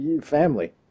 Family